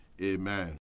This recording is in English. Amen